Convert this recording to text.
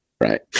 right